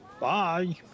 Bye